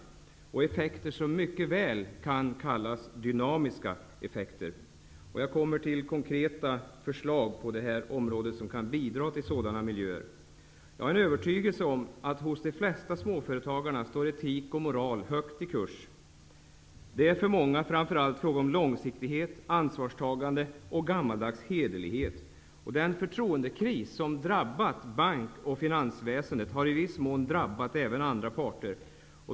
Det kan ge effekter som mycket väl kan kallas dynamiska effekter. Jag kommer strax till konkreta förslag, som kan bidra till en sådan miljö. Jag har en övertygelse om att etik och moral står högt i kurs hos de flesta småföretagare. Etik och moral är för många framför allt en fråga om långsiktighet, ansvarstagande och gammaldags hederlighet. Den förtroendekris som har drabbat bank och finansväsendet har i viss mån drabbat även andra parter.